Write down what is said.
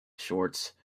shorts